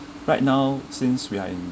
right now since we are in